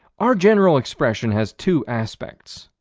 our general expression has two aspects